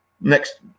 Next